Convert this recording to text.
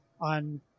on